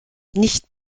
nicht